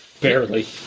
Barely